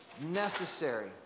necessary